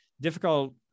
difficult